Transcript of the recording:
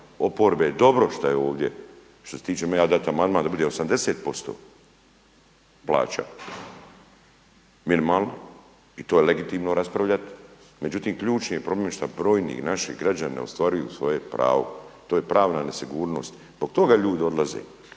oporbe je dobro što je ovdje, što se tiče …/Govornik se ne razumije./… amandman da bude 80% plaća minimalna i to je legitimno raspravljat. Međutim, ključni je problem što brojni naši građani ne ostvaruju svoje prav. To je pravna nesigurnost, zbog toga ljudi odlaze,